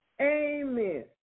Amen